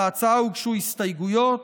להצעה הוגשו הסתייגויות.